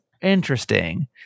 interesting